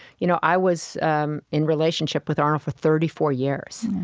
you know i was um in relationship with arnold for thirty four years